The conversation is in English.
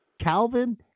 Calvin